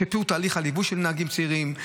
שיפור תהליך הליווי של נהגים צעירים,